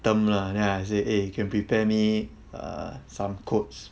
term lah then I say eh can prepare me uh some quotes